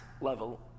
level